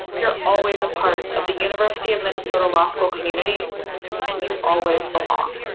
you're always a part of the university of minnesota law school community and you always belong.